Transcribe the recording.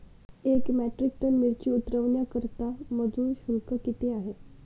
एक metric ton मिरची उतरवण्याकरता मजूर शुल्क किती आहे?